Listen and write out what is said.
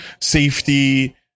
safety